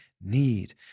need